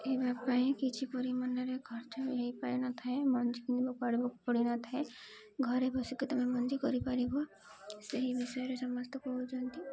ଏବା ପାଇଁ କିଛି ପରିମାଣରେ ଖର୍ଚ୍ଚ ହେଇ ପାରିନଥାଏ ମଞ୍ଜି କିଧିବା ପଡ଼କୁ ପଡ଼ିନଥାଏ ଘରେ ବସିକେ ତୁମେ ମଞ୍ଜି କରିପାରିବ ସେହି ବିଷୟରେ ସମସ୍ତେ କହୁଛନ୍ତି